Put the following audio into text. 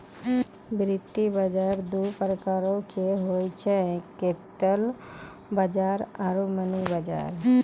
वित्त बजार दु प्रकारो के होय छै, कैपिटल बजार आरु मनी बजार